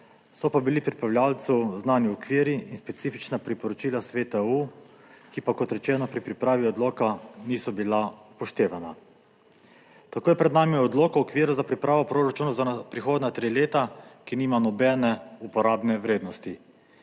So pa bili pripravljavcu znani okvir in specifična priporočila Sveta EU, ki pa, kot rečeno, pri pripravi odloka niso bila upoštevana. Tako je pred nami je odlok o okviru za pripravo proračunov za prihodnja tri leta, ki nima nobene uporabne vrednosti.